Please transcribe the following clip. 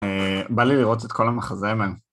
בא לי לראות את כל המחזמר.